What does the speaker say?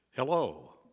Hello